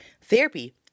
therapy